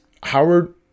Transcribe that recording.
Howard